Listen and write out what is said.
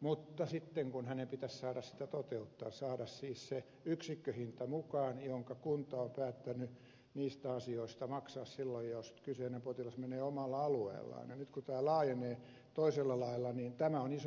mutta sitten kun hänen pitäisi saada sitä toteuttaa saada siis se yksikköhinta mukaan jonka kunta on päättänyt niistä asioista maksaa silloin jos kyseinen potilas menee omalla alueellaan ja nyt kun tämä laajenee toisella lailla tämä on iso ongelma